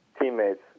teammates